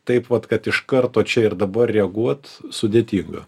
taip vat kad iš karto čia ir dabar reaguot sudėtinga